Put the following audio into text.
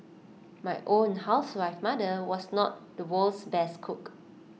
my own housewife mother was not the world's best cook